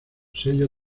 sello